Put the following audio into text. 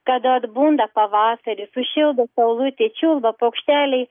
kada atbunda pavasaris sušildo saulutė čiulba paukšteliai